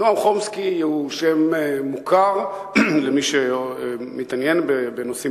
נועם חומסקי הוא שם מוכר למי שמתעניין בנושאים